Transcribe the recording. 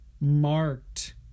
marked